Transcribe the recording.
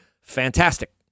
fantastic